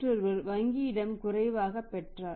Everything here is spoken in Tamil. மற்றொருவர் வங்கியிடமிருந்து குறைவாக பெற்றார்